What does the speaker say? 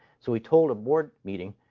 so he told a board meeting,